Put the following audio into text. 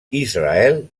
israel